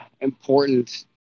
important